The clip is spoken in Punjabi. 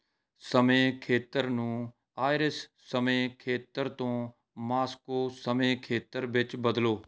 ਸਮੇਂ ਖੇਤਰ ਨੂੰ ਆਇਰਿਸ਼ ਸਮੇਂ ਖੇਤਰ ਤੋਂ ਮਾਸਕੋ ਸਮੇਂ ਖੇਤਰ ਵਿੱਚ ਬਦਲੋ